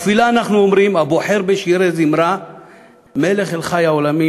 בתפילה אנחנו אומרים: "הבוחר בשירי זמרה מלך אל חי העולמים".